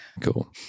Cool